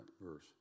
verse